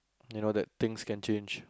you know that things can change